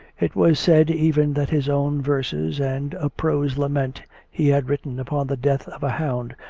it was said even that his own verses, and a prose-lament he had written upon the death of a hound,